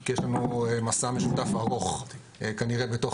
כי יש לנו מסע משותף ארוך כנראה בתוך